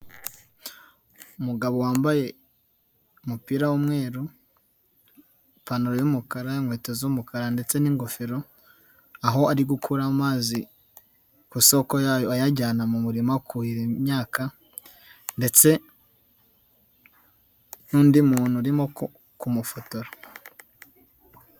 Umugabo wambaye umupira w'umweru, ipantaro y'umukara, inkweto z'umukara ndetse n'ingofero, aho ari gukura amazi ku isoko yayo ayajyana mu murima kuhira imyaka ndetse n'undi muntu urimo kumufotora.